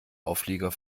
auflieger